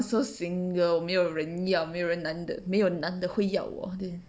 I'm so single 没有人要有没人男的有没男的会要我